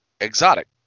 exotic